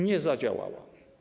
Nie zadziałała.